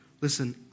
listen